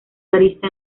arista